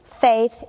faith